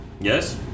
Yes